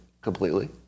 completely